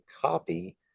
copy